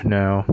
now